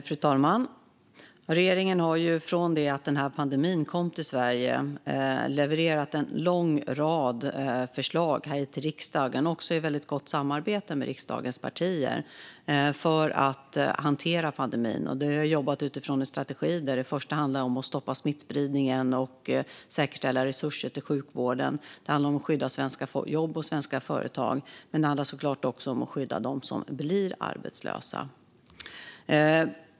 Fru talman! Regeringen har från det att denna pandemi kom till Sverige levererat en lång rad förslag till riksdagen - också i väldigt gott samarbete med riksdagens partier - för att hantera pandemin. Vi har jobbat utifrån en strategi där det i första hand handlar om att stoppa smittspridningen och säkerställa resurser till sjukvården. Det handlar om att skydda svenska jobb och svenska företag, men det handlar såklart också om att skydda dem som blir arbetslösa.